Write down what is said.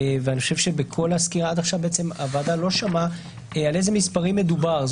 אני חושב שבכל הסקירה עד עכשיו הוועדה לא שמעה על איזה מספרים מדובר.